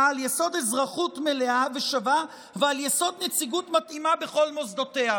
על יסוד אזרחות מלאה ושווה ועל יסוד נציגות מתאימה בכל מוסדותיה.